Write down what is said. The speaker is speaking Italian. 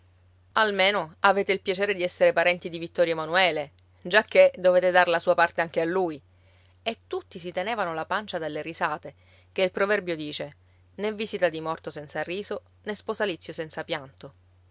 almeno avete il piacere di essere parenti di vittorio emanuele giacché dovete dar la sua parte anche a lui e tutti si tenevano la pancia dalle risate ché il proverbio dice né visita di morto senza riso né sposalizio senza pianto